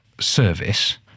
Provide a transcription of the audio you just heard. service